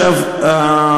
אני מציע שתמתין בסבלנות.